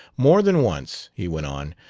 more than once, he went on,